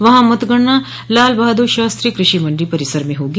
वहीं मतगणना लाल बहादुर शास्त्री कृषि मंडी परिसर में होगी